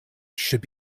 should